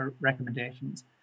recommendations